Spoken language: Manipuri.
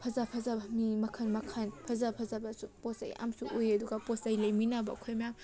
ꯐꯖ ꯐꯖꯕ ꯃꯤ ꯃꯈꯟ ꯃꯈꯟ ꯐꯖ ꯐꯖꯕꯁꯨ ꯄꯣꯠꯆꯩ ꯌꯥꯝꯁꯨ ꯎꯏ ꯑꯗꯨꯒ ꯄꯣꯠꯆꯩ ꯂꯩꯃꯤꯟꯅꯕ ꯑꯩꯈꯣꯏ ꯃꯌꯥꯝ